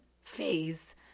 phase